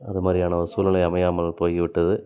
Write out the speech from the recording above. அந்த மாதிரியான ஒரு சூழ்நிலை அமையாமல் போய் விட்டது